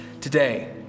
today